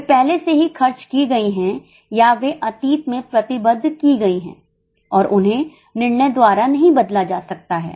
वे पहले से ही खर्च की गई हैं या वे अतीत में प्रतिबद्ध की गई हैं और उन्हें निर्णय द्वारा नहीं बदला जा सकता है